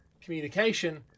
communication